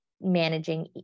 managing